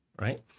right